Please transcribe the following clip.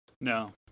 No